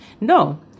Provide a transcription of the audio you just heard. no